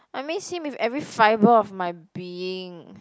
I miss him with every fiber of my being